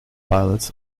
pilots